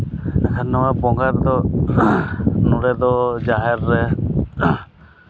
ᱮᱸᱰᱮᱠᱷᱟᱱ ᱱᱚᱣᱟ ᱵᱚᱸᱜᱟ ᱨᱮᱫᱚ ᱱᱚᱰᱮ ᱫᱚ ᱡᱟᱦᱮᱨ ᱨᱮ